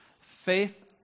faith